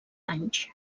anys